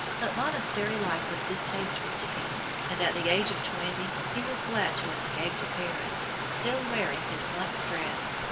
but monastery life was distasteful to him, and at the age of twenty he was glad to escape to paris, still wearing his monk's dress,